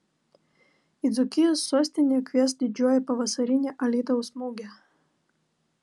į dzūkijos sostinę kvies didžioji pavasarinė alytaus mugė